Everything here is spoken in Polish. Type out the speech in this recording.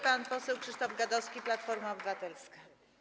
Pan poseł Krzysztof Gadowski, Platforma Obywatelska.